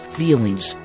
feelings